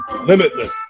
limitless